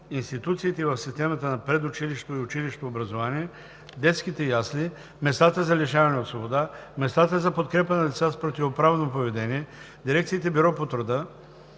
институциите в системата на предучилищното и училищното образование, детските ясли, местата за лишаване от свобода, местата за подкрепа на деца е противоправно поведение, дирекциите „Бюро по труда“,